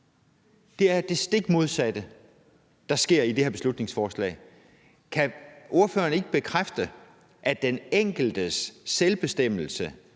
Det er det stik modsatte, der sker i det her beslutningsforslag. Kan ordføreren ikke bekræfte, at den enkeltes selvbestemmelse